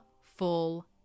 full